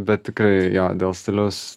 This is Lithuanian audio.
bet tikrai jo dėl stiliaus